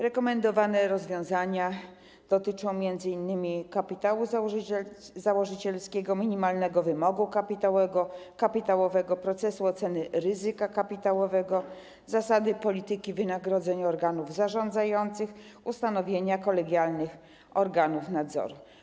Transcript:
Rekomendowane rozwiązania dotyczą m.in. kapitału założycielskiego, minimalnego wymogu kapitałowego, procesu oceny ryzyka kapitałowego, zasady polityki wynagrodzeń organów zarządzających, ustanowienia kolegialnych organów nadzoru.